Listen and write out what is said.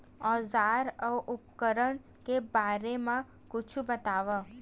औजार अउ उपकरण के बारे मा कुछु बतावव?